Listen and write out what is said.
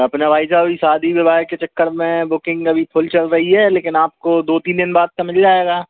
अपना भाई साब ये शादी विवाह के चक्कर में बुकिंग अभी फुल चल रही है लेकिन आपको दो तीन दिन बाद का मिल जाएगा